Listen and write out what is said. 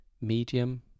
Medium